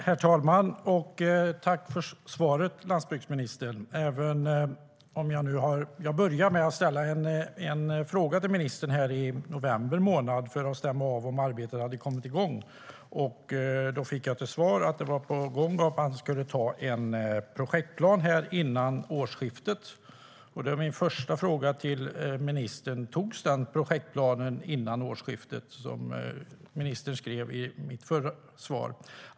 Herr talman! Tack för svaret, landsbygdsministern! Jag började med att ställa en skriftlig fråga till ministern i november månad, för att stämma av om arbetet hade kommit igång. Då fick jag till svar att det var på gång och att man skulle besluta om en projektplan före årsskiftet. Min första till ministern är: Beslutades den projektplanen före årsskiftet, som ministern skrev i det tidigare svaret?